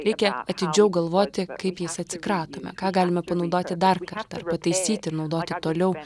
reikia atidžiau galvoti kaip jais atsikratome ką galima panaudoti dar kartą arba taisyti naudoti toliau